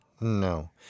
No